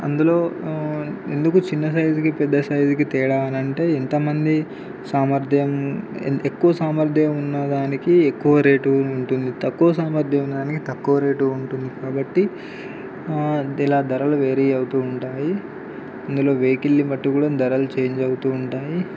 అందులో ఎందుకు చిన్న సైజుకి పెద్ద సైజుకి తేడా అని అంటే ఎంత మంది సామర్థ్యం ఎక్కువ సామర్థ్యం ఉన్న దానికి ఎక్కువ రేటు ఉంటుంది తక్కువ సామర్థ్యం ఉన్న దానికి తక్కువ రేటు ఉంటుంది కాబట్టి ఇలా ధరలు వేరీ అవుతూ ఉంటాయి అందులో వెహికిల్ బట్టి కూడా ధరలు చేంజ్ అవుతూ ఉంటాయి